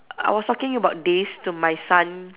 I was talking about this to my son